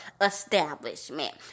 establishment